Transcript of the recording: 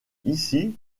ici